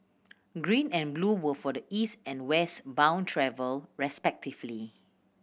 green and blue were for the East and West bound travel respectively